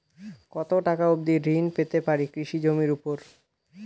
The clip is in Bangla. কত টাকা অবধি ঋণ পেতে পারি কৃষি জমির উপর?